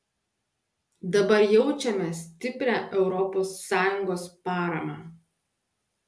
dabar jaučiame stiprią europos sąjungos paramą